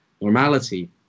normality